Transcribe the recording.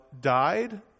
died